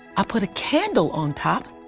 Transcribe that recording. i put a candle on top,